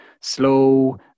slow